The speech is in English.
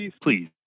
Please